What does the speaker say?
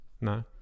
No